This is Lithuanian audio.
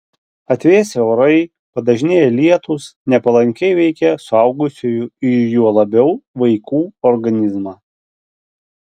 atvėsę orai padažnėję lietūs nepalankiai veikia suaugusiųjų ir juo labiau vaikų organizmą